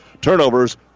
Turnovers